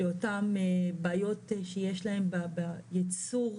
לאותן בעיות שיש להם בייצור,